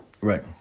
Right